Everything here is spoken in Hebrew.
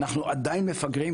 אנחנו עדיין מפגרים,